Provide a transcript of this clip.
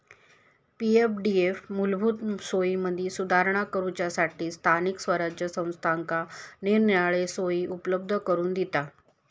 पी.एफडीएफ मूलभूत सोयींमदी सुधारणा करूच्यासठी स्थानिक स्वराज्य संस्थांका निरनिराळे सोयी उपलब्ध करून दिता